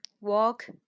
walk